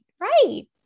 right